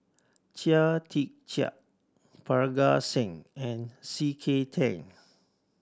Chia Tee Chiak Parga Singh and C K Tang